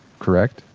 correct?